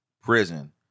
prison